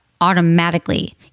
automatically